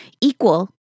equal